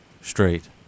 straight